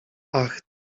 ach